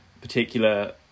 particular